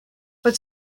but